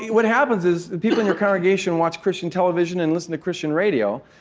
what happens is, the people in your congregation watch christian television and listen to christian radio,